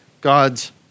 God's